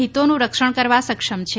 હિતોનું રક્ષણ કરવા સક્ષમ છે